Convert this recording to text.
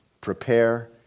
prepare